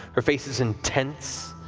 her face is intense,